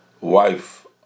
wife